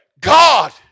God